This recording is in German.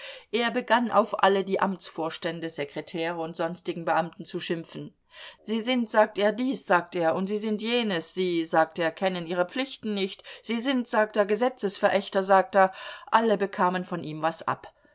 er begann auf alle die amtsvorstände sekretäre und sonstigen beamten zu schimpfen sie sind sagt er dies sagt er und sie sind jenes sie sagt er kennen ihre pflichten nicht sie sind sagt er gesetzverächter sagt er alle bekamen von ihm was ab